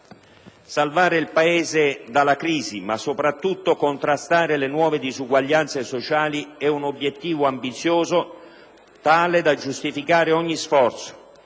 Salvare il Paese dalla crisi, ma soprattutto contrastare le nuove disuguaglianze sociali è un obiettivo ambizioso, tale da giustificare ogni sforzo: